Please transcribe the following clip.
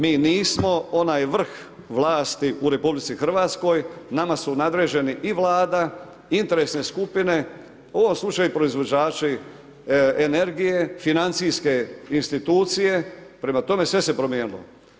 Mi nismo onaj vrh vlasti u RH, nama su nadređeni i Vlada, interesne skupine u ovom slučaju proizvođači energije, financijske institucije, prema tome sve se promijenilo.